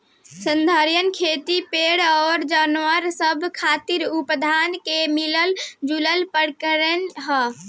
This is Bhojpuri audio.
संधारनीय खेती पेड़ अउर जानवर सब खातिर उत्पादन के मिलल जुलल प्रणाली ह